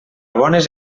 bones